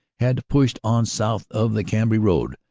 had pushed on south of the cambrai road,